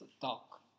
talk